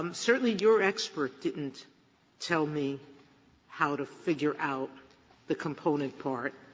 um certainly your expert didn't tell me how to figure out the component part.